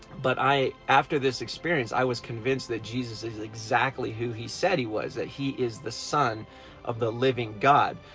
but after this experience i was convinced that jesus is exactly who he said he was, that he is the son of the living god.